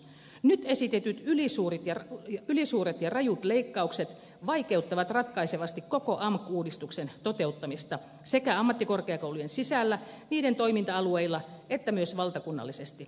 nyt esitetyt ylisuuret ja rajut leikkaukset vaikeuttavat ratkaisevasti koko amk uudistuksen toteuttamista sekä ammattikorkeakoulujen sisällä niiden toiminta alueilla että myös valtakunnallisesti